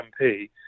MP